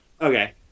okay